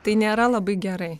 tai nėra labai gerai